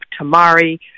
tamari